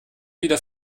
wieder